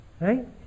Right